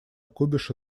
кубиша